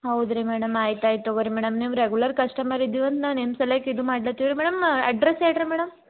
ಹೌದ್ರಿ ಮೇಡಮ್ ಆಯ್ತು ಆಯ್ತು ತಗೋಳ್ರಿ ಮೇಡಮ್ ನೀವು ರೆಗ್ಯುಲರ್ ಕಸ್ಟಮರ್ ಇದೀವಿ ಅಂತ ನಾನು ನಿಮ್ಮಸಲ್ವಾಗಿ ಇದು ಮಾಡ್ಲತ್ತೀವಿ ಮೇಡಮ್ ಅಡ್ರೆಸ್ ಹೇಳ್ರಿ ಮೇಡಮ್